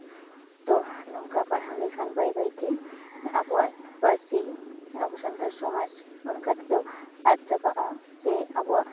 ᱛᱚ ᱱᱚᱝᱠᱟ ᱯᱟᱲᱦᱟᱣ ᱞᱮᱠᱷᱟᱱ ᱵᱟᱹᱭ ᱵᱟᱹᱭᱛᱮ ᱟᱵᱚᱣᱟᱜ ᱯᱟᱹᱨᱥᱤ ᱟᱵᱚ ᱥᱟᱱᱛᱟᱲ ᱥᱚᱢᱟᱡᱽ ᱚᱱᱠᱟᱛᱮᱫᱚ ᱟᱫ ᱪᱟᱵᱟᱜᱼᱟ ᱥᱮ ᱟᱵᱚᱣᱟᱜ